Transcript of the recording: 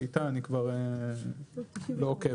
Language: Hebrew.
איתי אני כבר לא עוקב.